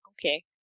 Okay